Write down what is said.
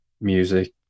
music